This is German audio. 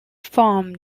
form